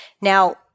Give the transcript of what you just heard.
Now